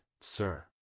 sir